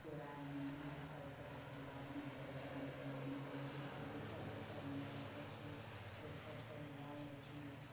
पूरा मिलि तब पूरा परिवार मिलि तब रङ्ग खेलाएलेल निकलै छी अबीर सगरे पएरमे लगाबै छी जेठ सभसँ दुआ लै छियै